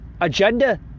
agenda